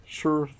sure